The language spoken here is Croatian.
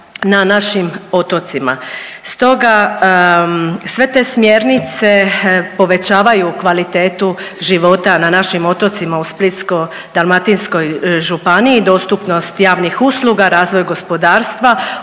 na našim otocima. Stoga sve te smjernice povećavaju kvalitetu života na našim otocima u Splitsko-dalmatinskoj županiji, dostupnost javnih usluga, razvoj gospodarstva,